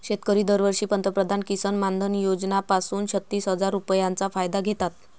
शेतकरी दरवर्षी पंतप्रधान किसन मानधन योजना पासून छत्तीस हजार रुपयांचा फायदा घेतात